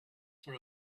for